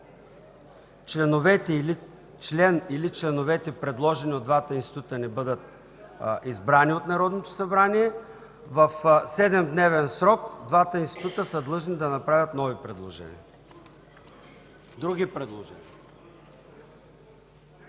член или членовете, предложени от двата института, не бъдат избрани от Народното събрание, в 7-дневен срок двата института са длъжни да направят други предложения”.